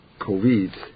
COVID